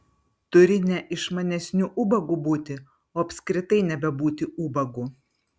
turi ne išmanesniu ubagu būti o apskritai nebebūti ubagu